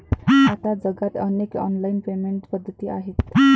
आता जगात अनेक ऑनलाइन पेमेंट पद्धती आहेत